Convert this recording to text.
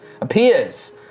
appears